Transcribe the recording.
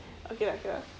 okay lah okay lah